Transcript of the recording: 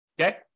Okay